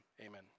Amen